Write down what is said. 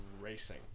racing